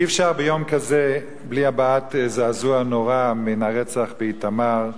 אי-אפשר ביום כזה בלי הבעת זעזוע נורא מן הרצח באיתמר,